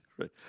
Right